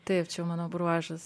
taip čia jau mano bruožas